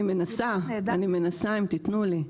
--- אני מנסה, אם רק תתנו לי.